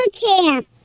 camp